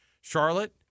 Charlotte